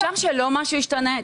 אפשר שלא מה שישתנה?